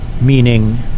meaning